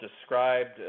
described